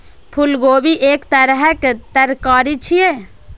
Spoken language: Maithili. फूलगोभी एक तरहक तरकारी छियै